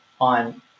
on